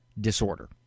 disorder